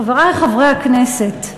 חברי חברי הכנסת,